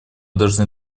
должны